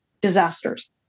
disasters